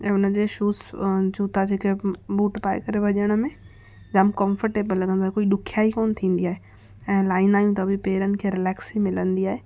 ऐं उनजे शूस जूता जेके बूट पाए करे भॼण में जामु कंफ़र्टेबल लॻंदो आहे कोई ॾुखियाई कोन्ह थींदी आहे ऐं लाईंदा आहियूं त बि पेरनि खे रिलेक्स ई मिलंदी आहे